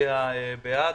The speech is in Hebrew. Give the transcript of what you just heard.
נצביע בעד,